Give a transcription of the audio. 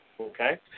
okay